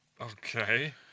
Okay